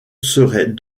serait